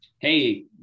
Hey